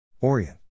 orient